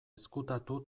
ezkutatu